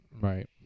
Right